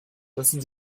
lassen